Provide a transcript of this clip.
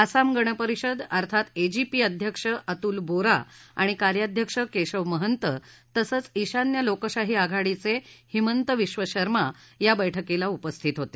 आसाम गणपरिषद अर्थात एजीपी अध्यक्ष अतुल बोरा आणि कार्याध्यक्ष केशब महंत तसंच ईशान्य लोकशाही आघाडीचे हिमंत विध शर्मा या बैठकीला उपस्थित होते